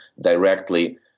directly